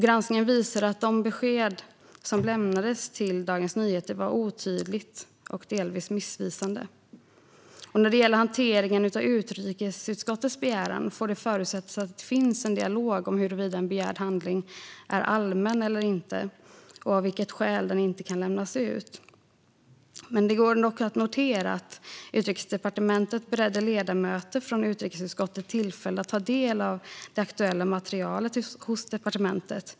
Granskningen visar att det besked som lämnades till Dagens Nyheter var otydligt och delvis missvisande. När det gäller hanteringen av utrikesutskottets begäran får det förutsättas att det finns en dialog om en begärd handling är allmän eller inte och av vilket skäl den inte lämnas ut. Det går dock att notera att Utrikesdepartementet beredde ledamöter från utrikesutskottet tillfälle att ta del av det aktuella materialet hos departementet.